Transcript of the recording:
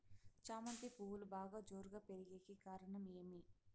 చామంతి పువ్వులు బాగా జోరుగా పెరిగేకి కారణం ఏమి?